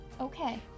Okay